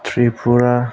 Tripura